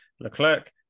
Leclerc